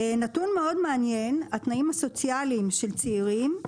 נתון מאוד מעניין, התנאים הסוציאליים של צעירים.